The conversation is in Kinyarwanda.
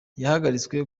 yahagaritswe